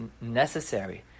necessary